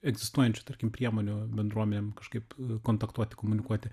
egzistuojančių tarkim priemonių bendruomenėm kažkaip kontaktuoti komunikuoti